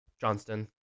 johnston